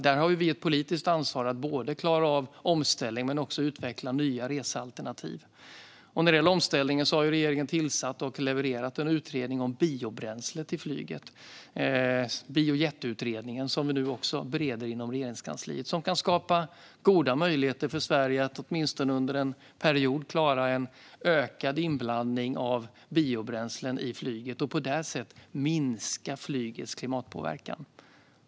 Vi har ett politiskt ansvar att både klara av omställningen och att utveckla nya resealternativ. När det gäller omställningen har regeringen tillsatt och levererat en utredning om biobränsle till flyget, Biojetutredningen, som vi nu bereder inom Regeringskansliet. Den kan skapa goda möjligheter för Sverige att åtminstone under en period klara en ökad inblandning av biobränslen och på det sättet minska flygets klimatpåverkan.